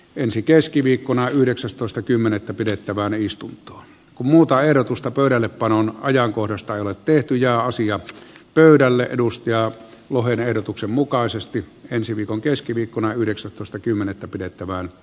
ensi keskiviikkona yhdeksästoista kymmenettä pidettävään istuntoon kun muuta ehdotusta pöydällepanon ajankohdasta ei ole tehty ja asiat pöydälle ensi keskiviikkona yhdeksästoista kymmenettä pidettävän